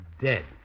dead